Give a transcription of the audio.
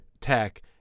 Tech